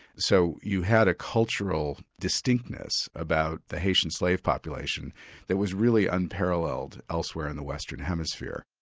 so you had a cultural distinctness about the haitian slave population that was really unparalleled elsewhere in the western hemisphere.